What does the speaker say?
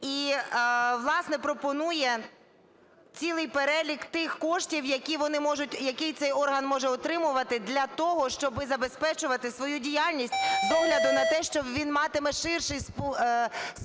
І, власне, пропонує цілий перелік тих коштів, який цей орган може отримувати для того, щоб забезпечувати свою діяльність з огляду на те, що він матиме ширший спектр